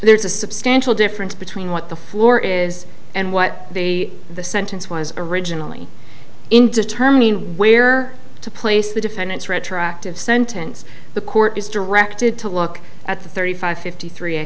there is a substantial difference between what the floor is and what the the sentence was originally in determining where to place the defendant's retroactive sentence the court is directed to look at the thirty five fifty three